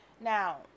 Now